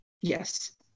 Yes